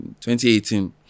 2018